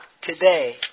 today